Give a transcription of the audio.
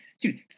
dude